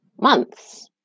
months